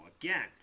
again